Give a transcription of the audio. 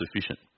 sufficient